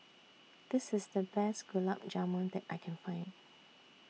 This IS The Best Gulab Jamun that I Can Find